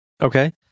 Okay